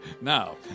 Now